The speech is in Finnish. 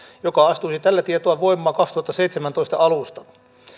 joka astuisi tällä tietoa voimaan kaksituhattaseitsemäntoista alusta